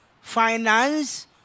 finance